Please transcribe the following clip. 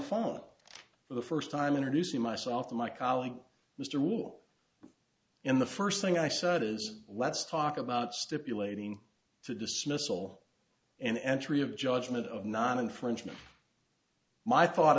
phone for the first time introducing myself to my colleague mr wall in the first thing i said is let's talk about stipulating to dismissal and entry of judgment of not infringement my thought